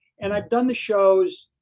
and i've done the shows,